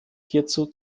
hierzu